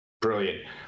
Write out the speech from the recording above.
Brilliant